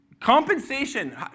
Compensation